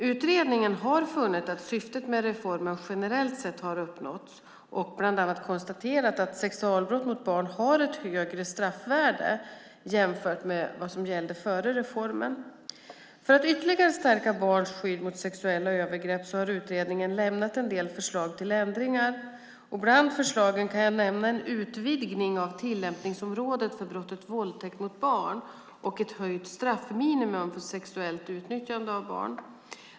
Utredningen har funnit att syftet med reformen generellt sett har uppnåtts och bland annat konstaterat att sexualbrott mot barn har ett högre straffvärde jämfört med vad som gällde före reformen. För att ytterligare stärka barns skydd mot sexuella övergrepp har utredningen lämnat en del förslag till ändringar. Bland förslagen kan jag nämna en utvidgning av tillämpningsområdet för brottet våldtäkt mot barn och ett höjt straffminimum för sexuellt utnyttjande av barn.